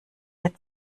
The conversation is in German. der